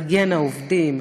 מגן העובדים,